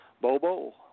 Bobo